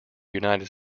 united